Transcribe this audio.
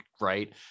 Right